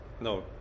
No